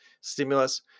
stimulus